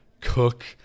cook